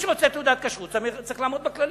מי שרוצה תעודת כשרות צריך לעמוד בכללים.